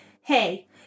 hey